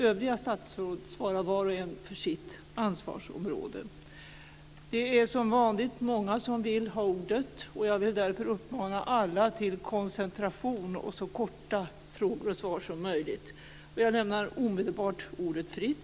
Övriga statsråd svarar var och en för sitt ansvarsområde. Det är som vanligt många som vill ha ordet. Jag vill därför uppmana alla till koncentration och till så korta frågor och svar som möjligt.